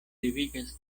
devigas